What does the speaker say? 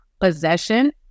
possession